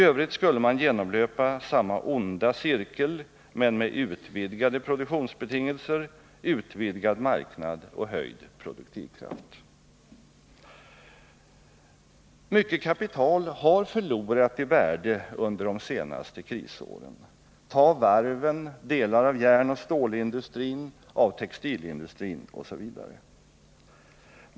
I övrigt skulle man genomlöpa samma onda cirkel, men med utvidgade produktionsbetingelser, utvidgad marknad och höjd produktivkraft.” Mycket kapital har minskat i värde under de senaste krisåren — det gäller varven, delar av järnoch stålindustrin, delar av textilindustrin osv.